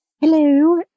Hello